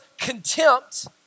contempt